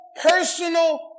personal